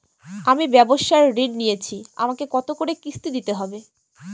আমি ব্যবসার ঋণ নিয়েছি আমাকে কত করে কিস্তি দিতে হবে?